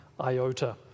iota